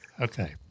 Okay